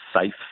safe